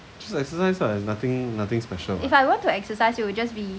it's just exercise lah it's nothing nothing special